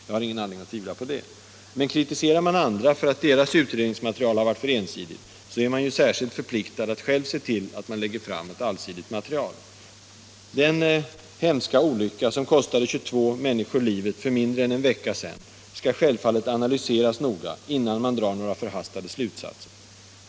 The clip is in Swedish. Jag har ingen anledning att tvivla på det. Men kritiserar man andra för att deras utredningsmaterial har varit för ensidigt, så är man ju särskilt förpliktad att själv se till att man lägger fram ett allsidigt material. Den hemska olycka som kostade 22 människor livet för mindre än en vecka sedan skall självfallet analyseras noga, innan man drar några förhastade slutsatser.